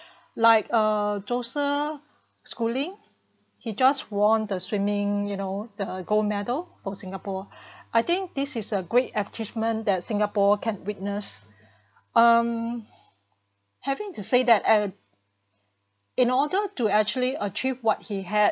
like uh Joseph Schooling he just won the swimming you know the gold medal for singapore I think this is a great achievement that singapore can witness um having to say that ah in order to actually achieve what he had